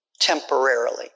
temporarily